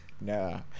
No